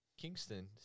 Kingston